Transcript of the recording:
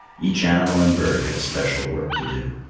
each animal and bird had special work to do.